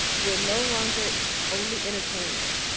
we're no longer only entertainers,